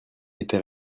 était